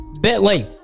Bentley